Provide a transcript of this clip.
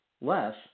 less